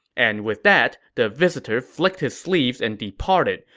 and with that, the visitor flicked his sleeves and departed.